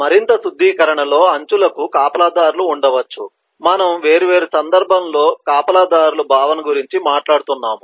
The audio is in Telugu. మరింత శుద్ధీకరణలో అంచులకు కాపలాదారులు ఉండవచ్చు మనము వేర్వేరు సందర్భంలో కాపలాదారుల భావన గురించి మాట్లాడుతున్నాము